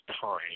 time